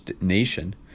nation